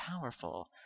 powerful